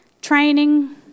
Training